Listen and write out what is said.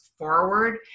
forward